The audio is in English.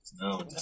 No